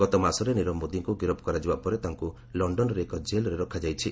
ଗତମାସରେ ନିରବ ମୋଦିଙ୍କ ଗିରଫ କରାଯିବା ପରେ ତାଙ୍କୁ ଲଣ୍ଡନ୍ର ଏକ କେଲ୍ରେ ରଖାଯାଇଛି